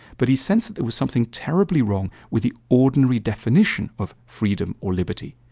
but he sensed there was something terribly wrong with the ordinary definition of freedom or liberty,